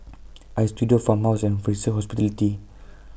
Istudio Farmhouse and Fraser Hospitality